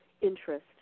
interest